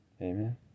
Amen